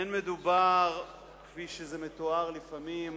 אין מדובר, כפי שזה מתואר לפעמים,